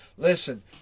Listen